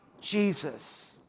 Jesus